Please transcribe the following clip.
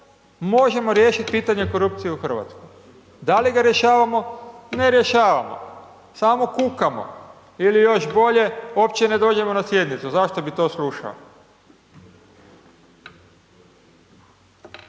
možemo riješit pitanje korupcije u RH. Da li ga rješavamo, ne rješavamo, samo kukamo ili još bolje uopće ne dođemo na sjednicu, zašto bi to slušao.